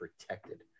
protected